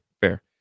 Fair